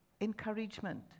encouragement